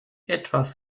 etwas